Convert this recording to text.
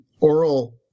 oral